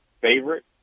favorite